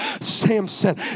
Samson